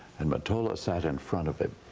and mottola sat in front of him,